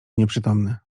nieprzytomny